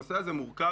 הנושא הזה מורכב